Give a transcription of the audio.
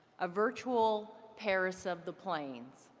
a virtual. paris of the plains.